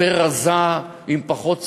יותר רזה, עם פחות שרים,